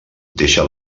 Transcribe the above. deixa